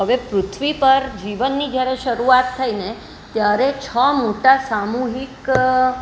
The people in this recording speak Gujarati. હવે પૃથ્વી પર જીવનની જ્યારે શરૂઆત થઈને ત્યારે છ મોટા સામૂહિક